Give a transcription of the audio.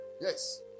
Yes